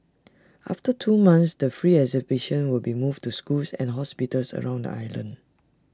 after two months the free exhibition will be moved to schools and hospitals around the island